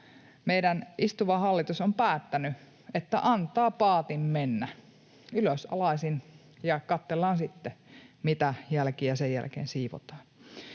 meidän istuva hallitus on päättänyt, että antaa paatin mennä ylösalaisin ja kattellaan sitten, mitä jälkiä sen jälkeen siivotaan.